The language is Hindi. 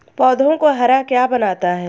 पौधों को हरा क्या बनाता है?